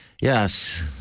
Yes